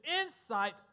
insight